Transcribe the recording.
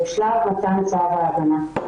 בשלב מתן צו ההגנה.